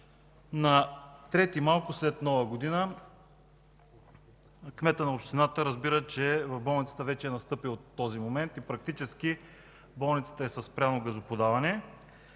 януари – малко след Нова година, кметът на общината разбира, че в болницата вече е настъпил този момент и практически тя е със спряно газоподаване.